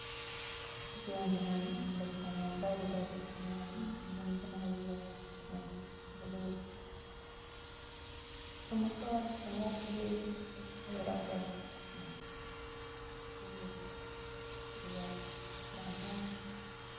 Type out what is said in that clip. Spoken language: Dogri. ते हून जियां बच्चे न उंदा कुतै कुछ इयां बनाइयै इ'यां अच्छा इयां सूट सो में घर अपने हत्थ दा सीते दा कपड़ा जेह्ड़ा ओह् बड़ा अच्छा होंदा ते सियै लान्ने आं